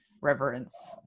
reverence